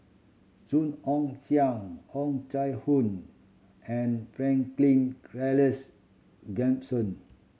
Song Ong Siang Oh Chai Hoo and Franklin Charles Gimson